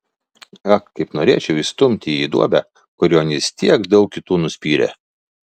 ak kaip norėčiau įstumti jį į duobę kurion jis tiek daug kitų nuspyrė